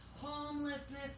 homelessness